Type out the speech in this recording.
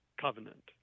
covenant